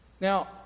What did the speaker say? Now